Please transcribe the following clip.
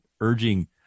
urging